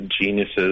Geniuses